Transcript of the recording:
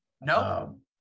No